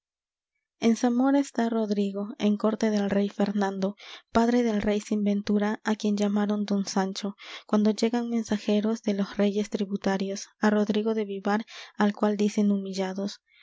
en zamora está rodrigo en corte del rey fernando padre del rey sin ventura á quien llamaron don sancho cuando llegan mensajeros de los reyes tributarios á rodrigo de vivar al cual dicen humillados